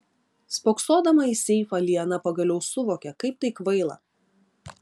spoksodama į seifą liana pagaliau suvokė kaip tai kvaila